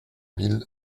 mille